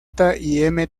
talón